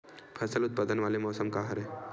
फसल उत्पादन वाले मौसम का हरे?